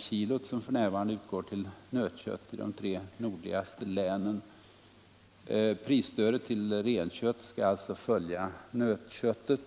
per kilo som f. n. utgår till nötkött i de tre nordligaste länen. Prisstödet till renkött skall alltså följa nötköttet.